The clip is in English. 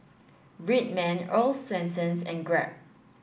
Red Man Earl's Swensens and Grab